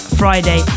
friday